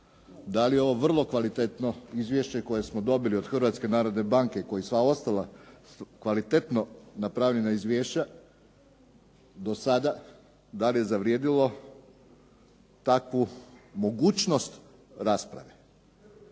Da li je ovo vrlo kvalitetno izvješće koje smo dobili od Hrvatske narodne banke kao i sva ostala kvalitetno napravljena izvješća do sada, da li je zavrijedilo takvu mogućnost rasprave?